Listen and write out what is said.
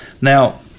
now